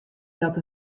dat